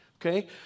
Okay